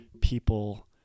people